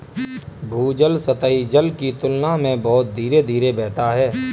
भूजल सतही जल की तुलना में बहुत धीरे धीरे बहता है